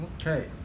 Okay